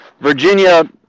Virginia